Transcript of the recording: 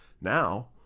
Now